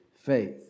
faith